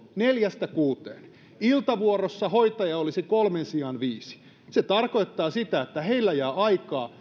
neljästä kuuteen iltavuorossa hoitajia olisi kolmen sijaan viisi se tarkoittaa sitä että heillä jää aikaa